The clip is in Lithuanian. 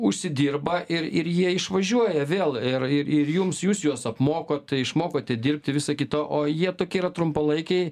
užsidirba ir ir jie išvažiuoja vėl ir ir jums jūs juos apmokot išmokote dirbti visa kita o jie tokie yra trumpalaikiai